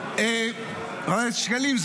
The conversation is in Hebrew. חבר הכנסת שקלים,